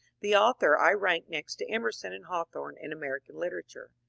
the autiior i ranked next to emerson and hawthorne in american literature.